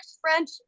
French